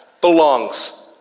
belongs